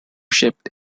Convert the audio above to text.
shaped